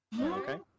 Okay